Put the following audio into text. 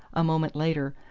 a moment later,